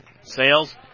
Sales